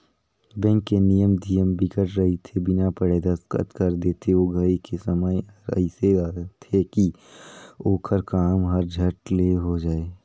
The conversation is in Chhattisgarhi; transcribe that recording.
बेंक के नियम धियम बिकट रहिथे बिना पढ़े दस्खत कर देथे ओ घरी के समय हर एइसे रहथे की ओखर काम हर झट ले हो जाये